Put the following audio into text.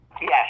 Yes